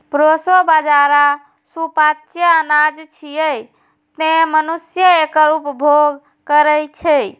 proso बाजारा सुपाच्य अनाज छियै, तें मनुष्य एकर उपभोग करै छै